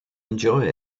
enjoy